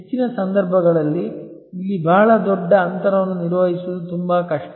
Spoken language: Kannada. ಹೆಚ್ಚಿನ ಸಂದರ್ಭಗಳಲ್ಲಿ ಇಲ್ಲಿ ಬಹಳ ದೊಡ್ಡ ಅಂತರವನ್ನು ನಿರ್ವಹಿಸುವುದು ತುಂಬಾ ಕಷ್ಟ